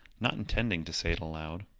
not intending to say it aloud.